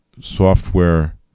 software